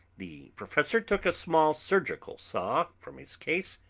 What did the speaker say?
the professor took a small surgical saw from his case,